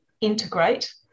integrate